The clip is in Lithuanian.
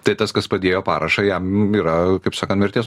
tai tas kas padėjo parašą jam yra kaip sakant mirties